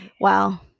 Wow